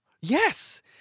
Yes